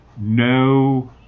no